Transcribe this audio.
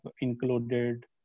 included